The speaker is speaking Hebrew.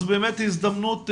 זו באמת הזדמנות,